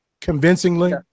convincingly